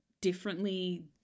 differently